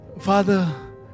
Father